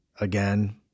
Again